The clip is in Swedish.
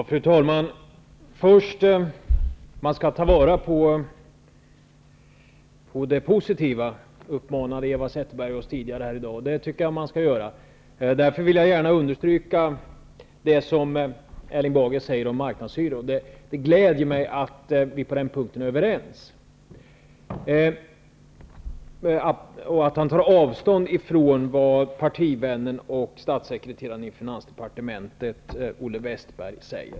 Fru talman! Eva Zetterberg uppmanade oss tidigare här i dag att ta vara på det positiva, och det tycker jag att man skall göra. Därför vill jag gärna understryka det som Erling Bager säger om marknadshyror. Det gläder mig att vi på den punkten är överens och att han tar avstånd från vad partivännen och statssekreteraren i finansdepartementet Olle Wästberg säger.